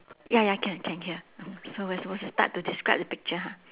ya ya can can hear so we are supposed to start to describe the picture ha